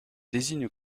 désigne